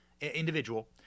individual